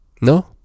No